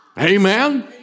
Amen